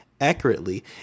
accurately